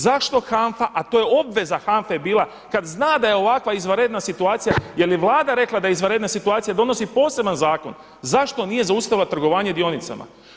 Zašto HANFA, a to je obveza HANFA-e bila kada zna da je ovakva izvanredna situacija jeli i Vlada rekla da je izvanredna situacija, donosi poseban zakon, zašto nije zaustavila trgovanje dionicama.